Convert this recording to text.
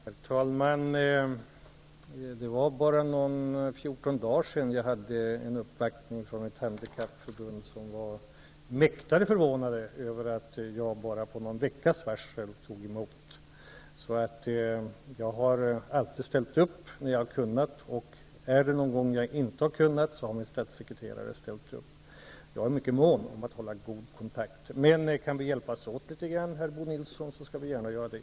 Herr talman! Det var bara fjorton dagar sedan jag tog emot en uppvaktning från ett handikappförbund. De som kom var mäkta förvånade över att jag bara med någon veckas varsel tog emot. Jag har alltid ställt upp när jag har kunnat. Har jag någon gång inte kunnat, har min statssekreterare ställt upp. Jag är mycket mån om att hålla god kontakt. Men om vi kan hjälpas åt litet, Bo Nilsson, skall vi gärna göra det.